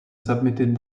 submitted